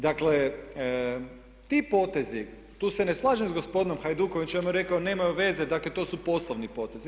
Dakle ti potezi, tu se ne slažem s gospodinom Hajdukovićem jer on je rekao nemaju veze dakle to su poslovni potezi.